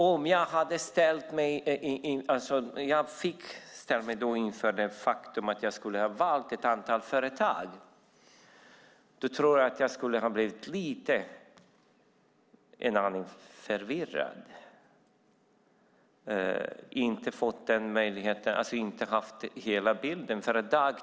Om jag då hade ställts inför det faktum att jag måste välja mellan ett antal företag tror jag att jag skulle ha blivit en aning förvirrad. Jag hade inte haft hela bilden klar för mig.